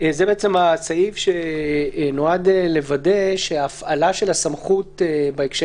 זה הסעיף שנועד לוודא שההפעלה של הסמכות בהקשר